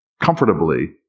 comfortably